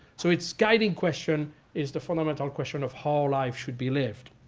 so its guiding question is the fundamental question of how life should be lived.